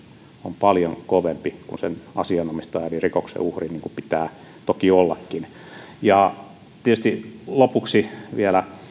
on paljon kovempi kuin asianomistajan eli rikoksen uhrin niin kuin pitää toki ollakin tietysti lopuksi vielä